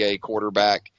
quarterback